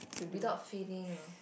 without failing ah